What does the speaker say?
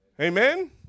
Amen